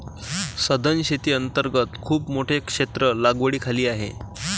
सधन शेती अंतर्गत खूप मोठे क्षेत्र लागवडीखाली आहे